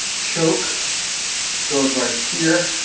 choke goes right here.